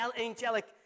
angelic